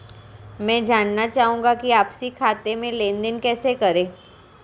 मैं जानना चाहूँगा कि आपसी खाते में लेनदेन कैसे करें?